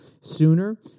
sooner